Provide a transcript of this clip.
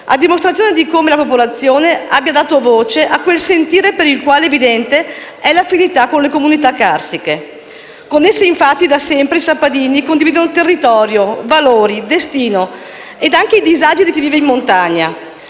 a dimostrazione di come la popolazione abbia dato voce a quel sentire per il quale evidente è l'affinità con le comunità carsiche. Con esse infatti, da sempre, i sappadini condividono territorio, valori, destino ed anche disagi di chi vive in montagna,